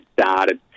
started